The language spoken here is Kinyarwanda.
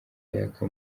yaka